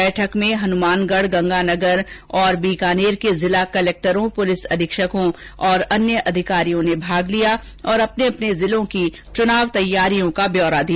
बैठक में हनुमानगढ गंगानगर चूरू और बीकानेर के जिला कलेक्टरों पुलिस अधीक्षकों तथा अन्य अधिकारियों ने भाग लिया और अपने अपने जिलों की चुनाव तैयारियों का ब्यौरा दिया